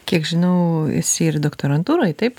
kiek žinau esi ir doktorantūroj taip